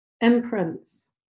imprints